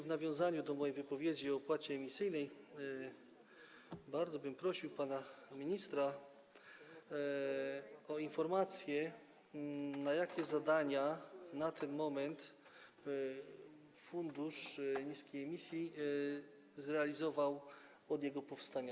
W nawiązaniu do mojej wypowiedzi o opłacie emisyjnej bardzo prosiłbym pana ministra o informację, jakie zadania na ten moment fundusz niskiej emisji zrealizował od jego powstania?